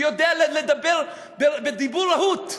ויודע לדבר דיבור רהוט,